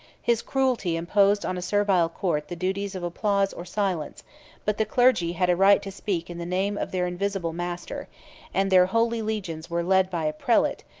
his cruelty imposed on a servile court the duties of applause or silence but the clergy had a right to speak in the name of their invisible master and their holy legions were led by a prelate,